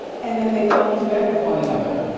and then they fell into bed with one another.